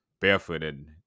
barefooted